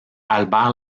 albert